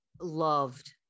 loved